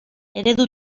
eredu